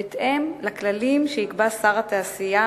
בהתאם לכללים שיקבע שר התעשייה,